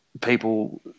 people